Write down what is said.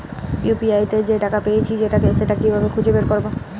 UPI তে যে টাকা পেয়েছি সেটা কিভাবে খুঁজে বের করবো?